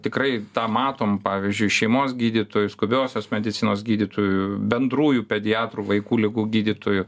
tikrai tą matome pavyzdžiui šeimos gydytojus skubiosios medicinos gydytojų bendrųjų pediatrų vaikų ligų gydytojų